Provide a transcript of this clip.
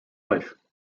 life